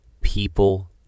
people